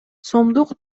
сомдук